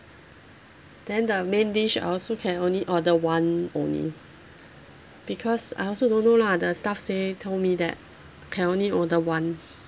then the main dish I also can only order one only because I also don't know lah the staff say told me that can only order one